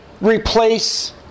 replace